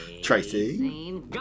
Tracy